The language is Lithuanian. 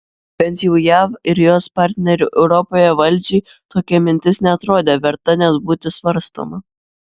bent jau jav ir jos partnerių europoje valdžiai tokia mintis neatrodė verta net būti svarstoma